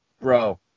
Bro